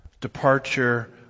departure